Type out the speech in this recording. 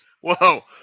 Whoa